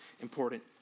important